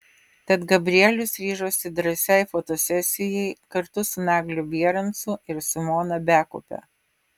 tad gabrielius ryžosi drąsiai fotosesijai kartu su nagliu bierancu ir simona bekupe